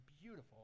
beautiful